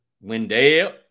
Wendell